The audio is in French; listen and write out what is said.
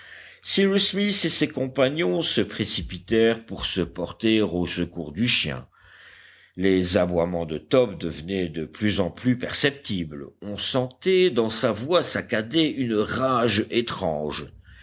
smith et ses compagnons se précipitèrent pour se porter au secours du chien les aboiements de top devenaient de plus en plus perceptibles on sentait dans sa voix saccadée une rage étrange